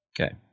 Okay